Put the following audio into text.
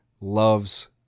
loves